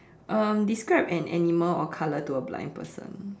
um describe an animal or color to a blind person